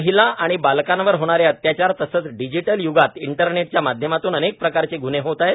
महिला आणि बालकांवर होणारे अत्याचार तसेच डिजीटल यूगात इंटरनेटच्या माध्यमातून अनेक प्रकारचे ग्न्हे होत आहेत